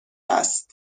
است